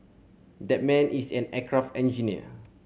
that man is an aircraft engineer